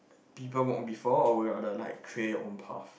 people walk before we are the like create own path